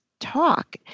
talk